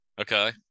okay